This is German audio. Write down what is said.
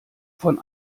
von